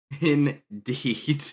indeed